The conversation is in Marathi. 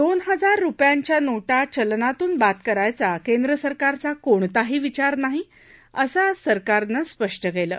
दोन हजार रुपयांच्या नोत्त चलनातून बाद करायचा केंद्र सरकारचा कोणताही विचार नाही असं आज सरकारनं स्पष्ट कलि